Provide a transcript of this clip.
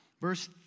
Verse